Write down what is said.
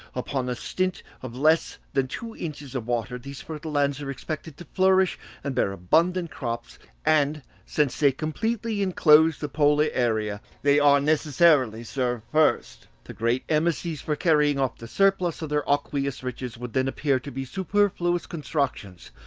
upon a stint of less than two inches of water these fertile lands are expected to flourish and bear abundant crops and since they completely enclose the polar area they are necessarily served first. the great emissaries for carrying off the surplus of their aqueous riches, would then appear to be superfluous constructions,